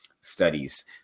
studies